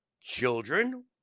Children